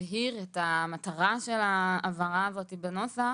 המטרה של ההבהרה הזאת בנוסח